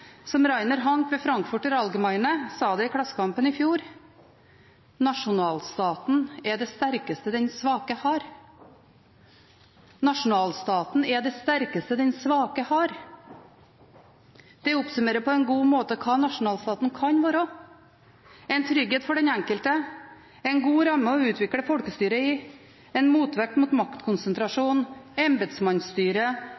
slik Rainer Hank ved Frankfurter Allgemeine sa det i Klassekampen i fjor: «Nasjonalstaten er det sterkeste de svake har.» Nasjonalstaten er det sterkeste de svake har – det oppsummerer på en god måte hva nasjonalstaten kan være: en trygghet for den enkelte, en god ramme å utvikle folkestyret i, en motvekt mot